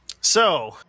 So-